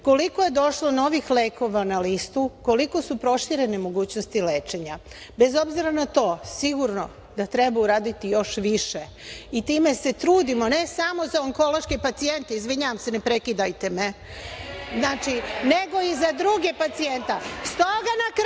koliko je došlo novih lekova na listu, koliko su proširene mogućnosti lečenja. Bez obzira na to, sigurno da treba uraditi još više i time se trudimo ne samo za onkološke pacijente, nego i za druge pacijente.(Poslanici